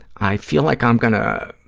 i feel like i'm going to,